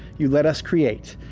you let us create.